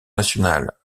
nationale